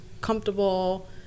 comfortable